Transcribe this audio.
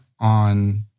on